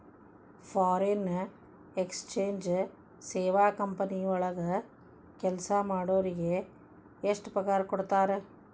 Foreign exchange ಸೇವಾ company ವಳಗ್ ಕೆಲ್ಸಾ ಮಾಡೊರಿಗೆ ಎಷ್ಟ್ ಪಗಾರಾ ಕೊಡ್ತಾರ?